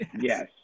Yes